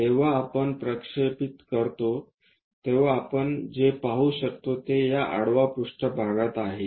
जेव्हा आपण प्रक्षेपित करतो तेव्हा आपण जे पाहू शकतो ते या आडवा पृष्ठभागात आहे